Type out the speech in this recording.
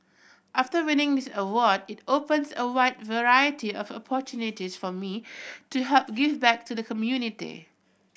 after winning this award it opens a wide variety of opportunities for me to help give back to the community